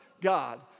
God